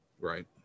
Right